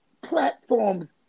platforms